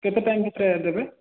କେତେ ଟାଇମ୍ ଭିତରେ ଦେବେ